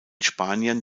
spaniern